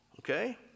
Okay